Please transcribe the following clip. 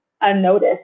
unnoticed